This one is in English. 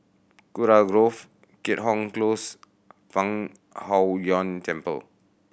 Kurau Grove Keat Hong Close Fang Huo Yuan Temple